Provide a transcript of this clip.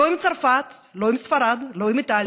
לא עם צרפת, לא עם ספרד, לא עם איטליה.